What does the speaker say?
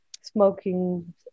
smoking